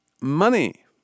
Money